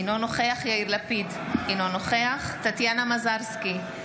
אינו נוכח יאיר לפיד, אינו נוכח טטיאנה מזרסקי,